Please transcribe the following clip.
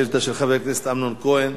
של חבר הכנסת אמנון כהן: